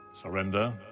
Surrender